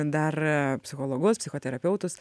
dar psichologus psichoterapeutus